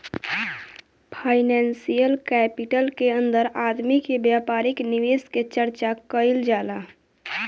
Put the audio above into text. financial capital के अंदर आदमी के व्यापारिक निवेश के चर्चा कईल जाला